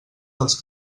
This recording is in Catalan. dels